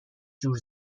جور